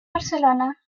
barcelona